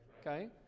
Okay